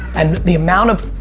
and the amount of,